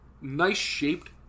nice-shaped